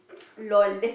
lol